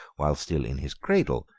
while still in his cradle,